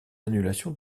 annulation